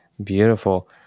Beautiful